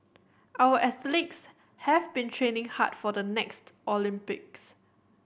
our athletes have been training hard for the next Olympics